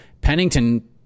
Pennington